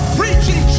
preaching